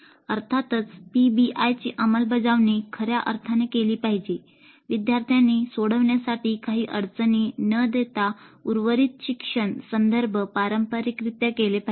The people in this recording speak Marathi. अर्थातच पीबीआयची अंमलबजावणी खऱ्या अर्थाने केली पाहिजे विद्यार्थ्यांनी सोडवण्यासाठी काही अडचणी न देता उर्वरित शिक्षण संदर्भ पारंपारिकरित्या केले पाहिजे